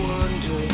Wonder